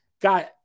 got